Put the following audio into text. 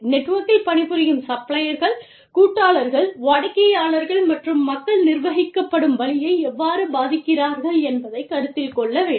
நெட்வொர்கில் பணிபுரியும் சப்ளையர்கள் கூட்டாளர்கள் வாடிக்கையாளர்கள் மற்றும் மக்கள் நிர்வகிக்கப்படும் வழியை எவ்வாறு பாதிக்கிறார்கள் என்பதைக் கருத்தில் கொள்ள வேண்டும்